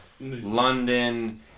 London